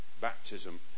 baptism